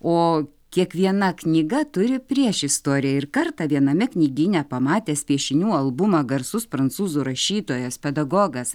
o kiekviena knyga turi priešistorę ir kartą viename knygyne pamatęs piešinių albumą garsus prancūzų rašytojas pedagogas